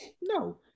No